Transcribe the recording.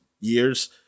years